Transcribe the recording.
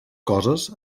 coses